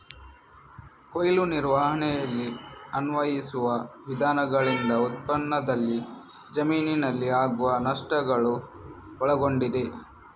ಕೊಯ್ಲು ನಿರ್ವಹಣೆಯಲ್ಲಿ ಅನ್ವಯಿಸುವ ವಿಧಾನಗಳಿಂದ ಉತ್ಪನ್ನದಲ್ಲಿ ಜಮೀನಿನಲ್ಲಿ ಆಗುವ ನಷ್ಟಗಳು ಒಳಗೊಂಡಿದೆ